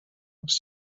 les